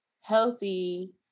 healthy